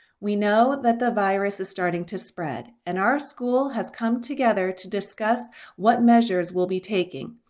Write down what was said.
we know that the virus is starting to spread and our school has come together to discuss what measures will be taking.